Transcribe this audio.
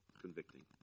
convicting